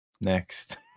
Next